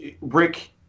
Rick